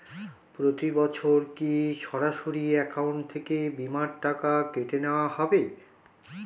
প্রতি বছর কি সরাসরি অ্যাকাউন্ট থেকে বীমার টাকা কেটে নেওয়া হবে?